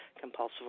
compulsive